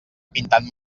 pintant